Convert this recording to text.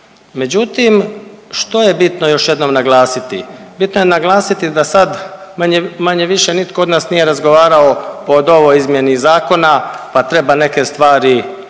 Međutim, što je bitno još jednom naglasiti? Bitno je naglasiti da sad manje-više nitko od nas nije razgovarao o ovoj izmjeni zakona pa treba neke stvari i